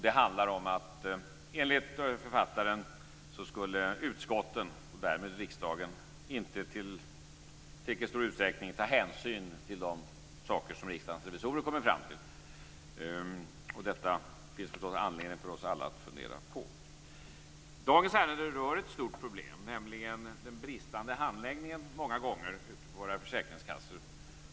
Det handlar enligt författaren om att utskotten, och därmed riksdagen, inte i tillräckligt stor utsträckning tar hänsyn till de saker som Riksdagens revisorer kommer fram till. Detta finns det förstås anledning för oss alla att fundera på. Dagens ärende rör ett stort problem, nämligen den många gånger bristande handläggningen på våra försäkringskassor.